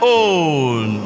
own